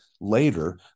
later